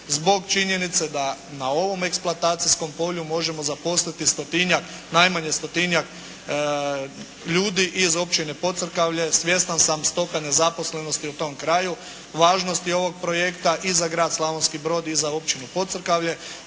zbog činjenice da na ovom eksploatacijskom polju možemo zaposliti 100-tinjak, najmanje 100-tinjak ljudi iz općine Pocrkavlje. Svjestan sam stope nezaposlenosti u tom kraju, važnosti ovog projekta i za grad Slavonski Brod i za općinu Pocrkavlje.